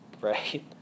right